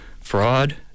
fraud